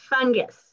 fungus